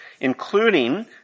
including